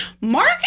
Mark